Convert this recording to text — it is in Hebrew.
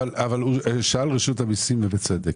שאל נציג רשות המיסים ובצדק.